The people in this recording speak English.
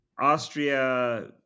Austria